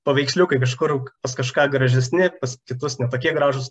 paveiksliukai kažkur kažką gražesni pas kitus ne tokie gražūs